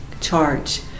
charge